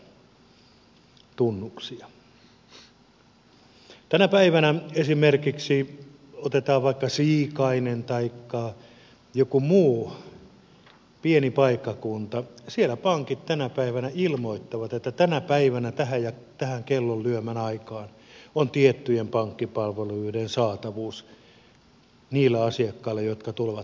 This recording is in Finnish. esimerkiksi tänä päivänä otetaan vaikka siikainen taikka joku muu pieni paikkakunta pankit ilmoittavat että tänä päivänä tähän ja tähän kellonlyömän aikaan on tiettyjen pankkipalveluiden saatavuus niille asiakkaille jotka tulevat pankkiin